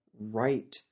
right